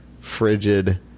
Frigid